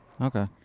Okay